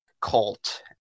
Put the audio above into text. cult